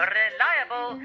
reliable